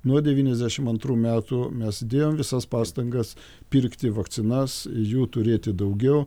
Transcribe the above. nuo devyniasdešim antrų metų mes dėjom visas pastangas pirkti vakcinas jų turėti daugiau